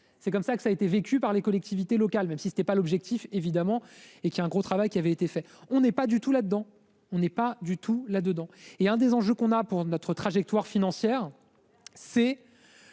C'est comme ça que ça a été vécu par les collectivités locales, même si ce n'est pas l'objectif, évidemment, et qui a un gros travail qui avait été fait, on n'est pas du tout là dedans, on n'est pas du tout là dedans et un des enjeux qu'on a pour notre trajectoire financière c'est.